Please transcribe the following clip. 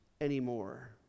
anymore